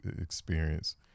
experience